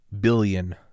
billion